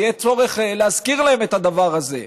יהיה צורך להזכיר להם את הדבר הזה.